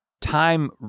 time